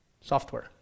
software